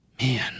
man